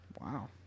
Wow